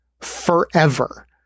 forever